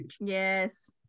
yes